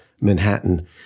Manhattan